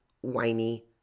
whiny